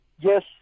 yes